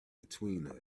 between